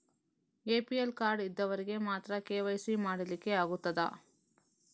APL card ಇದ್ದವರಿಗೆ ಮಾತ್ರ KYC ಮಾಡಲಿಕ್ಕೆ ಆಗುತ್ತದಾ?